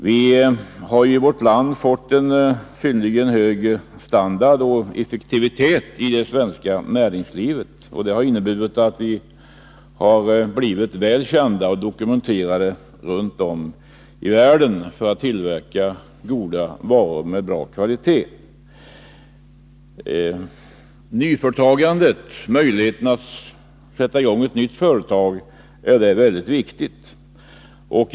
Vi har i vårt land fått en synnerligen hög standard och effektivitet i vårt näringsliv. Det har inneburit att vi har blivit väl kända och att det runt om i världen dokumenterats att vi tillverkar goda varor, av hög kvalitet. Nyföretagandet — möjligheten att sätta i gång ett nytt företag — är här någonting väldigt viktigt.